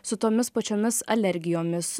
su tomis pačiomis alergijomis